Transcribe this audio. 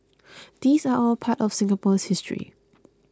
these are all part of Singapore's history